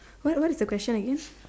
what what is the question again